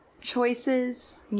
choices